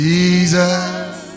Jesus